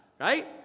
right